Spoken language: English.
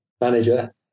manager